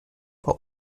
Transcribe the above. bei